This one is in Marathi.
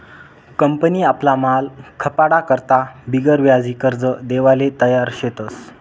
कंपनी आपला माल खपाडा करता बिगरव्याजी कर्ज देवाले तयार शेतस